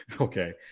Okay